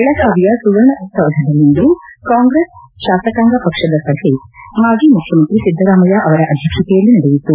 ಬೆಳಗಾವಿಯ ಸುವರ್ಣ ಸೌಧದಲ್ಲಿಂದು ಕಾಂಗ್ರೆಸ್ ಶಾಸಕಾಂಗ ಪಕ್ಷದ ಸಭೆ ಮಾಜಿ ಮುಖ್ಯಮಂತ್ರಿ ಸಿದ್ದರಾಮಯ್ಯ ಅವರ ಅಧ್ಯಕ್ಷತೆಯಲ್ಲಿಂದು ನಡೆಯಿತು